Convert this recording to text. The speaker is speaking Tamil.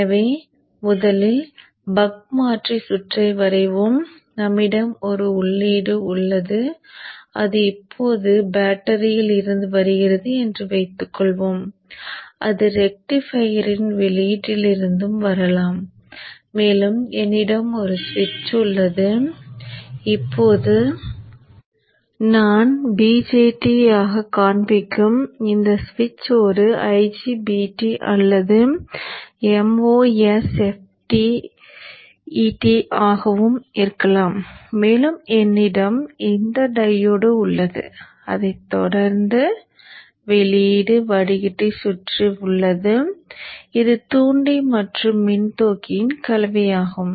எனவே முதலில் பக் மாற்றி சுற்றை வரைவோம் நம்மிடம் ஒரு உள்ளீடு உள்ளது அது இப்போது பேட்டரியில் இருந்து வருகிறது என்று வைத்துக்கொள்வோம் அது ரெக்டிஃபையரின் வெளியீட்டிலிருந்தும் வரலாம் மேலும் என்னிடம் ஒரு சுவிட்ச் உள்ளது இப்போது நான் BJT ஆகக் காண்பிக்கும் இந்த சுவிட்ச் ஒரு IGBT அல்லது MOSFET ஆகவும் இருக்கலாம் மேலும் என்னிடம் இந்த டையோடு உள்ளது அதைத் தொடர்ந்து வெளியீடு வடிகட்டி சுற்று உள்ளது இது தூண்டி மற்றும் மின்தேக்கி கலவையாகும்